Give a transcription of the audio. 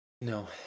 No